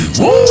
woo